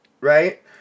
Right